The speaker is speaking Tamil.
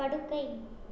படுக்கை